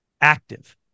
active